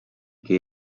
que